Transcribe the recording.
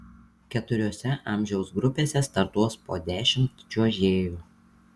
keturiose amžiaus grupėse startuos po dešimt čiuožėjų